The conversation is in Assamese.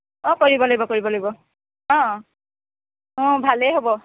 অঁ কৰিব লাগিব কৰিব লাগিব অঁ অঁ ভালেই হ'ব